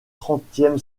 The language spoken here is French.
trentième